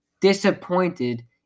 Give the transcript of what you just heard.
disappointed